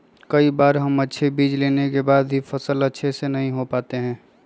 कई बार हम अच्छे बीज लेने के बाद भी फसल अच्छे से नहीं हो पाते हैं?